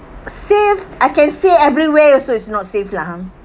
safe I can say everywhere also is not safe lah ha